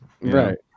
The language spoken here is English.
Right